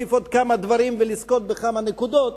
להוסיף עוד כמה דברים ולזכות בכמה נקודות,